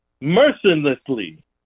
mercilessly